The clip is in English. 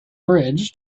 bridge